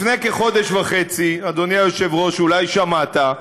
לפני כחודש וחצי, אדוני היושב-ראש, אולי שמעת,